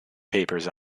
papers